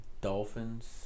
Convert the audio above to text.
Dolphins